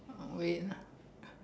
wait ah